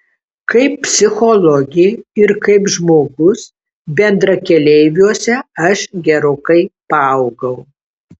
kaip psichologė ir kaip žmogus bendrakeleiviuose aš gerokai paaugau